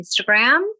Instagram